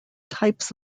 types